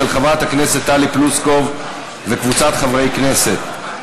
של חברת הכנסת טלי פלוסקוב וקבוצת חברי הכנסת.